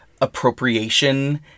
appropriation